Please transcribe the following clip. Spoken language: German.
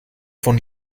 von